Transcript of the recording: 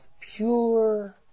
pure